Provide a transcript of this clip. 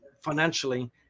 financially